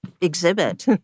exhibit